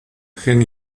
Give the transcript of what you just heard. gen